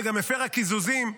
אבל גם הפרה קיזוזים.